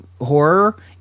horror